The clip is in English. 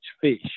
fish